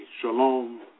Shalom